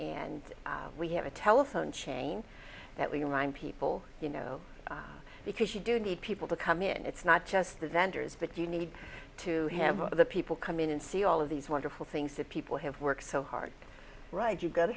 and we have a telephone chain that we run people you know because you do need people to come in and it's not just the vendors but if you need to have one of the people come in and see all of these wonderful things that people have worked so hard right you've got to